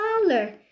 color